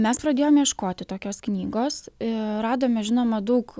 mes pradėjom ieškoti tokios knygos radome žinoma daug